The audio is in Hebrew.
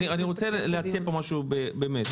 אני רוצה להציע פה משהו באמת.